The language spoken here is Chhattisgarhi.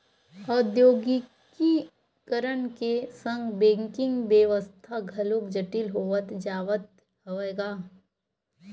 औद्योगीकरन के संग बेंकिग बेवस्था घलोक जटिल होवत जावत हवय गा